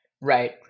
Right